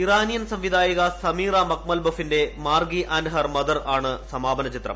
Iranian സംവിധായിക Samira മക്മൽ ബഫിന്റെ മാർഗി ആന്റ് ഹെർ മദർ ആണ് സമാപന ചിത്രം